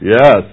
Yes